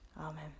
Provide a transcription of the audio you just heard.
Amen